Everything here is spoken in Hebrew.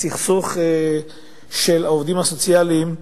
בסכסוך של העובדים הסוציאליים,